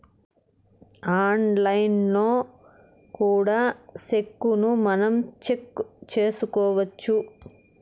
ఆన్లైన్లో కూడా సెక్కును మనం చెక్ చేసుకోవచ్చు